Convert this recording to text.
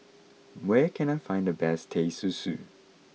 where can I find the best Teh Susu